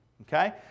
Okay